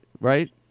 right